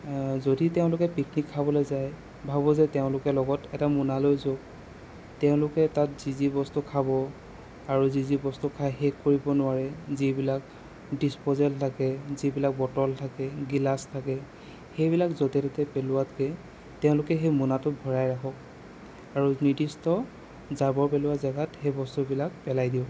যদি তেওঁলোকে পিকনিক খাবলৈ যায় ভাবোঁ যে তেওঁলোকে লগত এটা মোনা লৈ যাওক তেওঁলোকে তাত যি যি বস্তু খাব আৰু যি যি বস্তু খাই শেষ কৰিব নোৱাৰে যিবিলাক ডিস্পজেল থাকে যিবিলাক বটল থাকে গিলাচ থাকে সেইবিলাক য'তে ত'তে পেলোৱাতকে তেওঁলোকে সেই মোনাটোত ভৰাই ৰাখক আৰু নিৰ্দিষ্ট জাবৰ পেলোৱা জেগাত সেই বস্তুবিলাক পেলাই দিয়ক